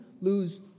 lose